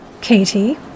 Katie